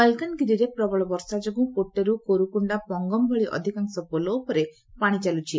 ମାଲକାନଗିରିରେ ପ୍ରବଳ ବର୍ଷା ଯୋଗୁଁ ପୋଟେରୁ କୋରୁକୋଣ୍ଡା ପଙ୍ଗମ ଭଳି ଅଧିକାଂଶ ପୋଲ ଉପରେ ପାଶି ଚାଲୁଛି